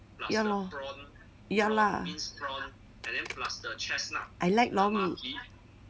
ya lor ya lah I like lor mee